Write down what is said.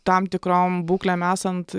tam tikrom būklėm esant